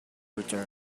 return